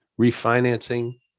refinancing